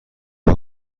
تان